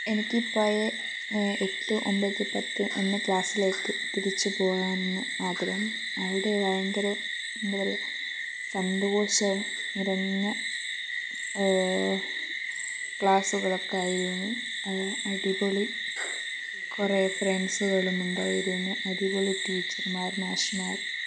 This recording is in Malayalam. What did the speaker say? എനിക്ക് പഴയ എട്ട് ഒമ്പത് പത്ത് എന്ന ക്ലാസിലേക്ക് തിരിച്ചു പോകാനാണ് ആഗ്രഹം അവിടെ ഭയങ്കര എന്താണ് പറയുക സന്തോഷം നിറഞ്ഞ ക്ലാസുകളൊക്കെ ആയിരുന്നു അടിപൊളി കുറേ ഫ്രണ്ട്സുകളുമുണ്ടായിരുന്നു അടിപൊളി ടീച്ചർമാർ മാഷുമാർ